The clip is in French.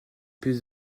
plus